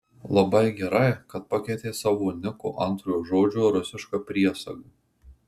labai gerai kad pakeitei savo niko antrojo žodžio rusišką priesagą